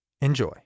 Enjoy